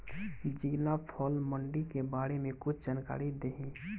जिला फल मंडी के बारे में कुछ जानकारी देहीं?